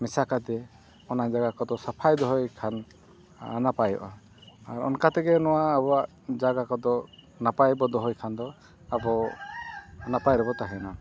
ᱢᱮᱥᱟ ᱠᱟᱛᱮᱫ ᱚᱱᱟ ᱡᱟᱭᱜᱟ ᱠᱚᱫᱚ ᱥᱟᱯᱷᱟᱭ ᱫᱚᱦᱚᱭ ᱠᱷᱟᱱ ᱱᱟᱯᱟᱭᱚᱜᱼᱟ ᱟᱨ ᱚᱱᱠᱟ ᱛᱮᱜᱮ ᱱᱚᱣᱟ ᱟᱵᱚᱣᱟᱜ ᱡᱟᱭᱜᱟ ᱠᱚᱫᱚ ᱱᱟᱯᱟᱭ ᱵᱚᱱ ᱫᱚᱦᱚᱭ ᱠᱷᱟᱱ ᱫᱚ ᱟᱵᱚ ᱱᱟᱯᱟᱭ ᱨᱮᱵᱚᱱ ᱛᱟᱦᱮᱱᱟ